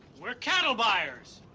we're cattle buyers.